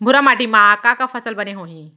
भूरा माटी मा का का फसल बने होही?